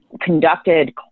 conducted